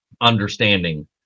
understanding